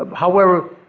however,